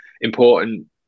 important